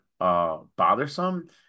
Bothersome